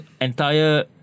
entire